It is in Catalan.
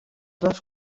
les